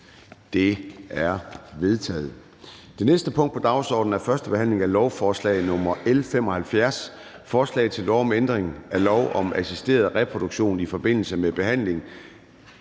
Det er vedtaget. --- Det næste punkt på dagsordenen er: 3) 1. behandling af lovforslag nr. L 75: Forslag til lov om ændring af lov om assisteret reproduktion i forbindelse med behandling,